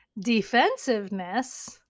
defensiveness